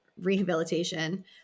rehabilitation